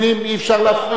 אי-אפשר להפריע.